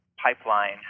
pipeline